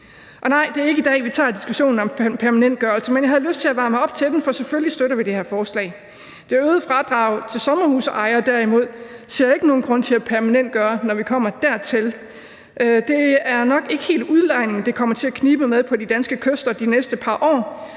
Og nej, det er ikke i dag, vi tager diskussionen om permanentgørelse, men jeg havde lyst til at varme op til den, for selvfølgelig støtter vi det her forslag. Det øgede fradrag til sommerhusejere derimod ser jeg ikke nogen grund til at permanentgøre, når vi kommer dertil. Det er nok ikke helt udlejningen, det kommer til at knibe med på de danske kyster de næste par år,